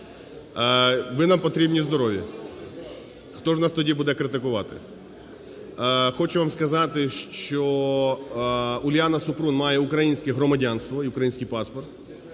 Ви нам потрібні здорові. Хто ж нас тоді буде критикувати? Хочу вам сказати, що Уляна Супрун має українське громадянство і український паспорт,